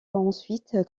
ensuite